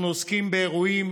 אנחנו עוסקים באירועים